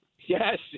yes